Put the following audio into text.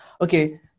Okay